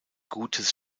gutes